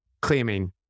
claiming